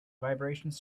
vibrations